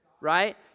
right